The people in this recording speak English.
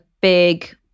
big